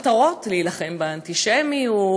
המטרות: להילחם באנטישמיות,